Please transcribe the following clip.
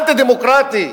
אנטי-דמוקרטי.